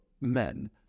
men